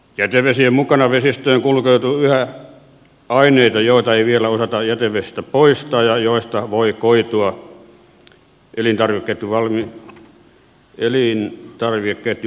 jätevesien mukana vesistöihin kulkeutuu yhä aineita joita ei vielä osata jätevesistä poistaa ja joista voi koitua elintarvikeketjun turvallisuusongelmia